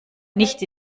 nicht